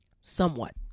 Somewhat